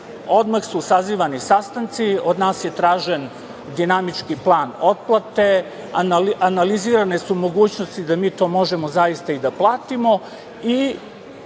odmah su sazivani sastanci. Od nas je tražen dinamički plan otplate. Analizirane su mogućnosti da mi to možemo zaista i da platimo